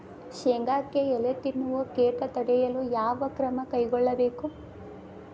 ಶೇಂಗಾಕ್ಕೆ ಎಲೆ ತಿನ್ನುವ ಕೇಟ ತಡೆಯಲು ಯಾವ ಕ್ರಮ ಕೈಗೊಳ್ಳಬೇಕು?